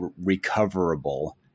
recoverable